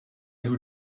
who